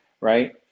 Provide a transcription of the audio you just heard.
Right